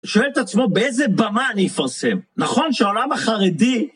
הוא שואל את עצמו באיזה במה אני אפרסם. נכון שהעולם החרדי...